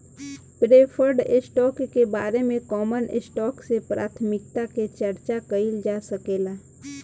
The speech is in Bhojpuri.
प्रेफर्ड स्टॉक के बारे में कॉमन स्टॉक से प्राथमिकता के चार्चा कईल जा सकेला